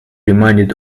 reminded